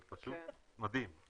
זה פשוט מדהים.